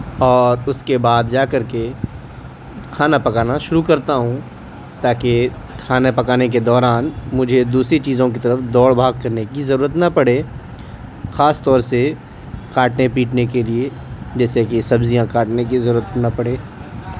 اور اس کے بعد جا کر کے کھانا پکانا شروع کرتا ہوں تاکہ کھانا پکانے کے دوران مجھے دوسری چیزوں کی طرف دوڑ بھاگ کرنے کی ضرورت نہ پڑے خاص طور سے کاٹنے پیٹنے کے لیے جیسے کہ سبزیاں کاٹنے کی ضرورت نہ پڑے